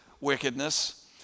wickedness